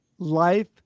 Life